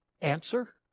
Answer